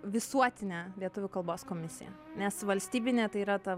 visuotinė lietuvių kalbos komisija nes valstybinė tai yra ta